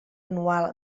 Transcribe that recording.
anual